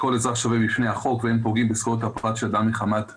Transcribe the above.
שכל אזרח שווה בפני החוק ואין פוגעים בזכויות הפרט של אדם מחמת דת,